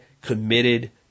committed